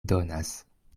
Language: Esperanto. donas